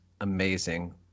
amazing